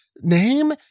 name